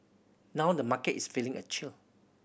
now the market is feeling a chill